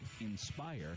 INSPIRE